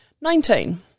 Nineteen